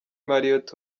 marriot